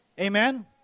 Amen